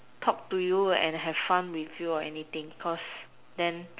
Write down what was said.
talk to you and have fun with you or anything cause then